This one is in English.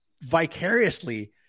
vicariously